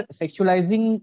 sexualizing